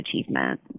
achievement